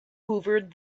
hoovered